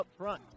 Upfront